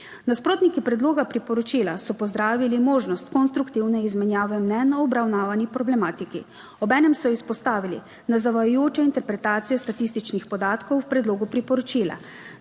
Nasprotniki predloga priporočila so pozdravili možnost konstruktivne izmenjave mnenj o obravnavani problematiki. Obenem so izpostavili na zavajajoče interpretacije statističnih podatkov o predlogu priporočila,